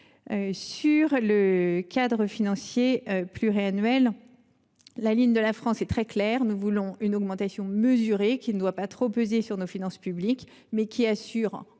le cadre financier pluriannuel, la ligne de la France est très claire. Nous voulons : une augmentation mesurée, qui ne pèse pas trop sur nos finances publiques, mais qui